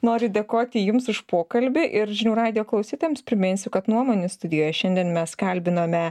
noriu dėkoti jums už pokalbį ir žinių radijo klausytojams priminsiu kad nuomonių studijoje šiandien mes kalbinome